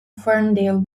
ferndale